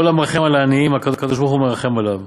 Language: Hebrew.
"כל המרחם על העניים, הקדוש-ברוך-הוא מרחם עליו.